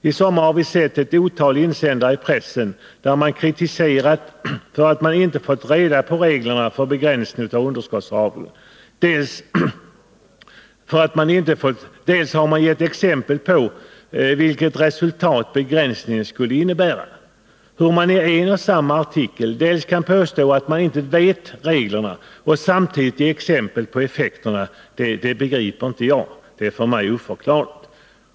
I sommar har vi sett ett otal insändare i pressen där man dels kritiserat oss för att man inte fått reda på reglerna för begränsning av underskottsavdragen, dels har gett exempel på vilket resultat begränsningen skulle medföra. Hur man i en och samma artikel samtidigt kan påstå att man inte känner till reglerna och ge exempel på effekterna av regler som man inte vet någonting om är för mig oförklarligt.